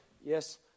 Yes